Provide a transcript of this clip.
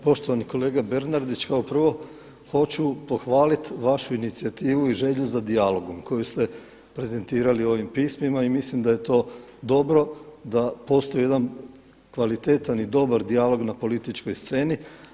Poštovani kolega Bernardić, kao prvo hoću pohvalit vašu inicijativu i želju za dijalogom koju ste prezentirali u ovim pismima i mislim da je to dobro da postoji jedan kvalitetan i dobar dijalog na političkoj sceni.